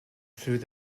through